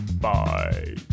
Bye